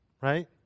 Right